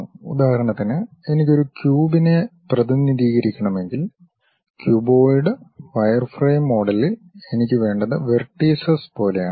ഉദാഹരണത്തിന് എനിക്ക് ഒരു ക്യൂബിനെ പ്രതിനിധീകരിക്കണമെങ്കിൽ ക്യൂബോയിഡ് വയർഫ്രെയിം മോഡലിൽ എനിക്ക് വേണ്ടത് വെർട്ടീസസ് പോലെയാണ്